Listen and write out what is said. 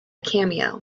cameo